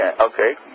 Okay